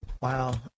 Wow